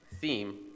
theme